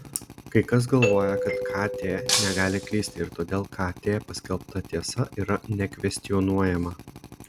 kai kas galvoja kad kt negali klysti ir todėl kt paskelbta tiesa yra nekvestionuojama